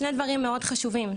שני דברים מאוד חשובים,